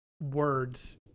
words